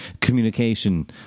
Communication